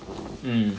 mm